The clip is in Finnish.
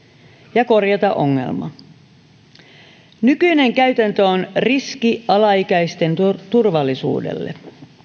ja korjattava ongelma nykyinen käytäntö on riski alaikäisten turvallisuudelle